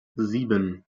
sieben